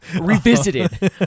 revisited